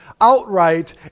outright